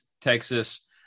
Texas